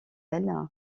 elle